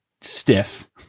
stiff